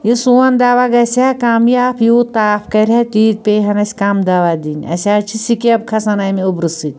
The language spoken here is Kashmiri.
یہِ سون دوا گژھہِ ہا کامیاب یوٗت تاپھ کرِ ہا تیٖتۍ پیٚیہِ ہان اسہِ کَم دوا دِنۍ اسہِ حظ چھِ سِکیب کھسان اَمہِ اوٚبرٕ سۭتۍ